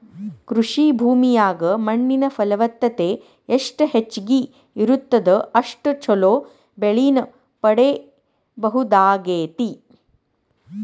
ಕೃಷಿ ಭೂಮಿಯಾಗ ಮಣ್ಣಿನ ಫಲವತ್ತತೆ ಎಷ್ಟ ಹೆಚ್ಚಗಿ ಇರುತ್ತದ ಅಷ್ಟು ಚೊಲೋ ಬೆಳಿನ ಪಡೇಬಹುದಾಗೇತಿ